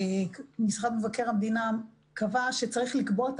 משרד מבקר המדינה קבע שצריך לקבוע את